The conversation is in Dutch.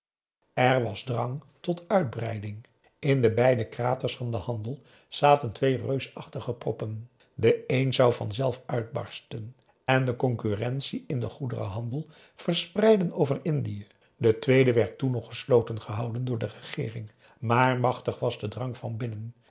er was drang tot uitbreiding in de beide kraters van den handel zaten twee reusachtige proppen de een zou vanzelf uitbarsten en de concurrentie in den goederenhandel verspreiden over indië de tweede werd toen nog gesloten gehouden door de regeering maar machtig was de drang van binnen